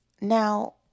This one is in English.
Now